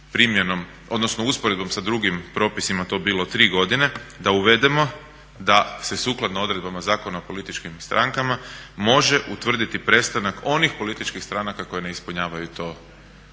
primjenom, odnosno usporedbom sa drugim propisima to bilo 3 godine da uvedemo da se sukladno odredbama Zakona o političkim strankama može utvrditi prestanak onih političkih stranaka koje ne ispunjavaju tu